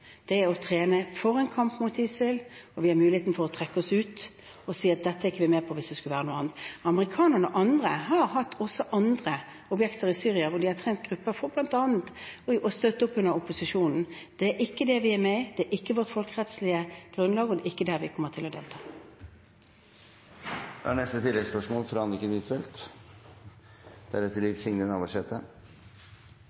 er å trene for en kamp mot ISIL, og vi har mulighet til å trekke oss ut og si at dette er vi ikke med på, hvis dette skulle vise seg å være noe annet. Amerikanerne og andre har hatt også andre objekter i Syria, hvor de har trent grupper for bl.a. å støtte opp under opposisjonen. Det er ikke det vi er med i, det er ikke vårt folkerettslige grunnlag, og det er ikke der vi kommer til å delta.